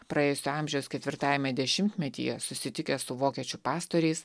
praėjusio amžiaus ketvirtajame dešimtmetyje susitikęs su vokiečių pastoriais